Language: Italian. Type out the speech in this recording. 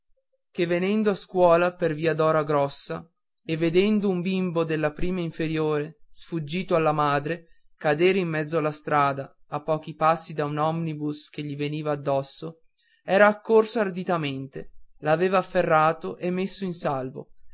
che venendo a scuola per via dora grossa e vedendo un bimbo della prima inferiore sfuggito a sua madre cadere in mezzo alla strada a pochi passi da un omnibus che gli veniva addosso era accorso arditamente l'aveva afferrato e messo in salvo